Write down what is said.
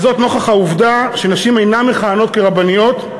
נוכח העובדה שנשים אינן מכהנות כרבניות,